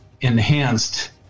enhanced